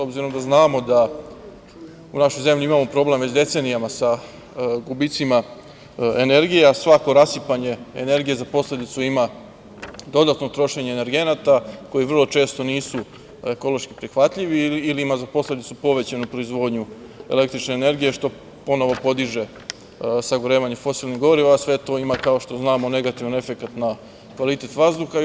Obzirom da znamo da u našoj zemlji imamo problem već decenijama sa gubicima energije, a svako rasipanje energije za posledicu ima dodatno trošenje energenata koji vrlo često nisu ekološki prihvatljivi ili imaju za posledicu povećanju proizvodnju električne energije, što ponovo podiže sagorevanje fosilnog goriva i sve to ima, kao što znamo, negativan efekata na kvalitet vazduha.